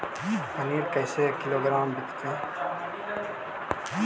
पनिर कैसे किलोग्राम विकतै?